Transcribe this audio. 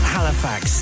Halifax